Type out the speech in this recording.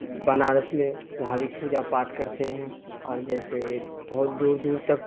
بنارس میں وہاں بھی پوجا پاٹھ کرتے ہیں اور جیسے بہت دور دور تک